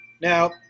Now